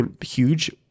huge